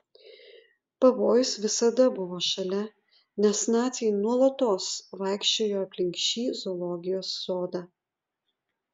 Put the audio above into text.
pavojus visada buvo šalia nes naciai nuolatos vaikščiojo aplink šį zoologijos sodą